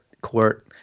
court